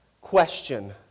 question